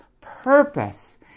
purpose